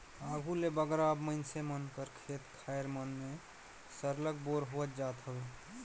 आघु ले बगरा अब मइनसे मन कर खेत खाएर मन में सरलग बोर होवत जात हवे